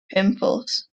pimples